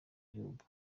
gihugu